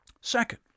Second